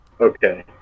Okay